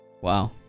wow